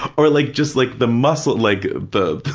or like just like the muscle, like the,